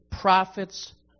profits